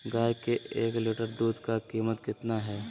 गाय के एक लीटर दूध का कीमत कितना है?